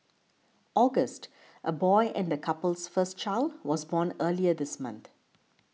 august a boy and the couple's first child was born earlier this month